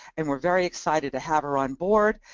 and we're very excited to have her on board,